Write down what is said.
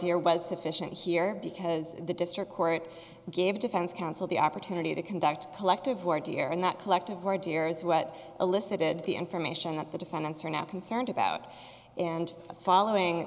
here was sufficient here because the district court gave defense counsel the opportunity to conduct collective word here and that collective word here is what elicited the information that the defendants are now concerned about and the following